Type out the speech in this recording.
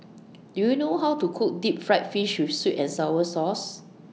Do YOU know How to Cook Deep Fried Fish with Sweet and Sour Sauce